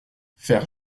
faire